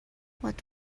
what